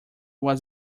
was